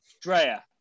Drea